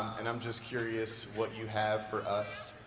and i'm just curious what you have for us,